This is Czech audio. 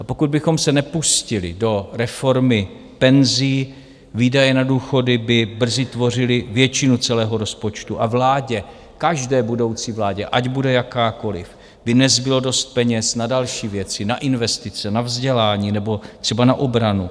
A pokud bychom se nepustili do reformy penzí, výdaje na důchody by brzy tvořily většinu celého rozpočtu a vládě, každé budoucí vládě, ať bude jakákoliv, by nezbylo dost peněz na další věci, na investice, na vzdělání nebo třeba na obranu.